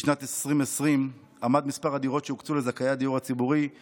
בשנת 2020 עמד מספר הדירות שהוקצו לזכאי הדיור הציבורי על